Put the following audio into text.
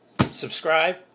subscribe